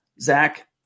Zach